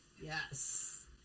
Yes